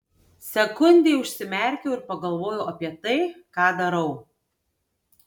sekundei užsimerkiau ir pagalvojau apie tai ką darau